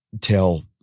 tell